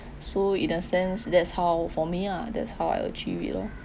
so in a sense that's how for me ah that's how I achieve it lor